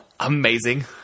Amazing